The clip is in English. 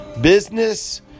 business